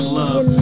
love